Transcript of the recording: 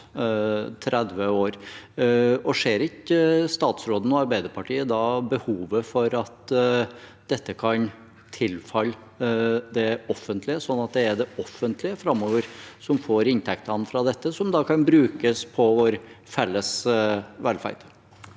30 år. Ser ikke statsråden og Arbeiderpartiet da behovet for at dette kan tilfalle det offentlige, sånn at det framover er det offentlige som får inntektene fra dette, som da kan brukes på vår felles velferd?